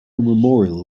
memorial